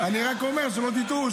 אני רק אומר שלא תטעו.